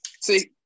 See